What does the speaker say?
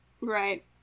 Right